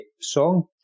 song